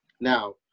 Now